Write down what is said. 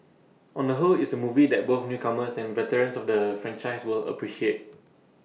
on the whole it's A movie that both newcomers and veterans of the franchise will appreciate